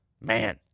man